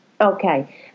Okay